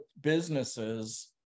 businesses